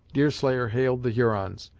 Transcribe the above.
deerslayer hailed the hurons,